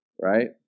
right